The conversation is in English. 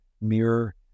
mirror